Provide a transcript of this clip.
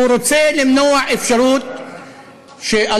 הוא רוצה למנוע אפשרות שאל-קודס,